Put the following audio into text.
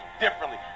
differently